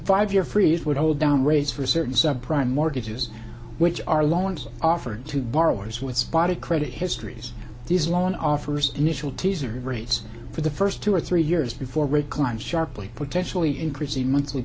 five year freeze would hold down rates for certain subprime mortgages which are loans offered to borrowers with spotty credit histories these loan offers initial teaser rates for the first two or three years before recline sharply potentially increase the monthly